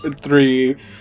three